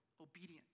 obedient